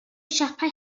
siapau